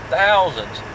thousands